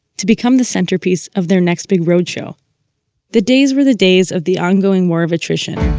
to become the centerpiece of their next big roadshow the days were the days of the ongoing war of attrition,